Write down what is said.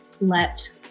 let